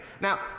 Now